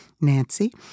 Nancy